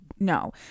No